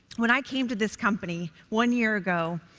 when i came to this company one year ago,